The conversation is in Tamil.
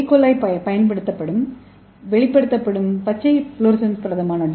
கோலி வெளிப்படுத்தும் பச்சை ஃப்ளோரசன்ஸ் புரதமான ஜி